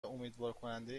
امیدوارکننده